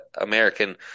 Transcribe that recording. American